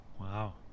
Wow